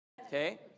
okay